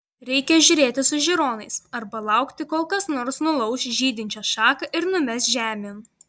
reikia žiūrėti su žiūronais arba laukti kol kas nors nulauš žydinčią šaką ir numes žemėn